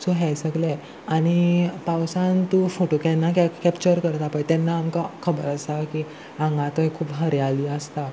so हें सगलें आनी पावसान तूं फोटो केन्ना कॅप कॅप्चर करता पय तेन्ना आमकां खबर आसा की हांगा थंय खूब हरयाली आसता